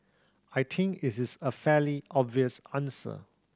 I think it is a fairly obvious answer